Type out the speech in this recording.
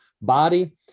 body